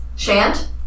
Shant